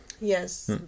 Yes